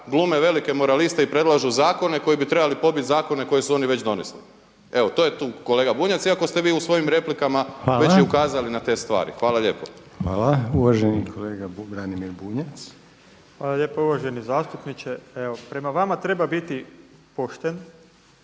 glume velike moraliste i predlažu zakone koji bi trebali pobiti zakone koji su oni već donesli. Evo to je tu kolega Bunjac, iako ste vi u svojim replikama već i ukazali na te stvari. Hvala lijepa. **Reiner, Željko (HDZ)** Hvala. Uvaženi kolega Branimir Bunjac. **Bunjac, Branimir (Živi zid)** Hvala lijepa. Uvaženi zastupniče, prema vama treba biti pošten